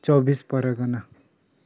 Chaubis Pargana